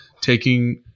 taking